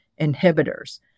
inhibitors